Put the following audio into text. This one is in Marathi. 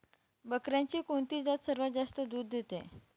बकऱ्यांची कोणती जात सर्वात जास्त दूध देते?